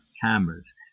cameras